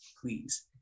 please